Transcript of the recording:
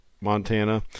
Montana